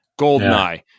GoldenEye